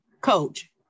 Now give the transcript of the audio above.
coach